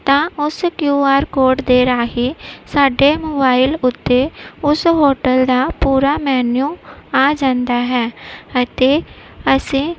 ਤਾਂ ਉਸ Q R code ਦੇ ਰਾਹੀਂ ਸਾਡੇ ਮੋਬਾਈਲ ਉੱਤੇ ਉਸ ਹੋਟਲ ਦਾ ਪੂਰਾ ਮੈਨੀਊ ਆ ਜਾਂਦਾ ਹੈ ਅਤੇ ਅਸੀਂ